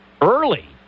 early